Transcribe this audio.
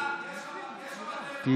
יש לך בטלפון, שלחתי לך.